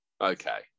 Okay